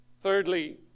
Thirdly